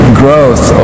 growth